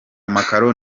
amakaro